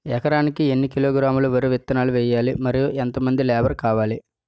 ఎకరానికి ఎన్ని కిలోగ్రాములు వరి విత్తనాలు వేయాలి? మరియు ఎంత మంది లేబర్ కావాలి?